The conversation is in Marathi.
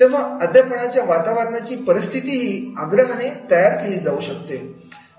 ह्या अध्यापनाच्या वातावरणाची परिस्थितीही आग्रहाने तयार केली जाऊ शकत